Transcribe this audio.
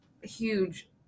huge